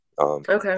okay